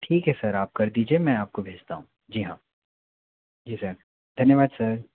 ठीक है सर आप कर दीजिए मैं आपको भेजता हूँ जी हाँ जी सर धन्यवाद सर